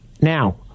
now